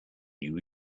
new